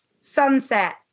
sunset